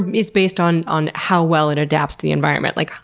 it's based on on how well it adapts to the environment. like,